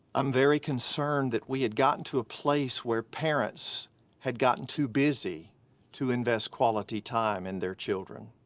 i'm very concerned that we had gotten to a place where parents had gotten too busy to invest quality time in their children.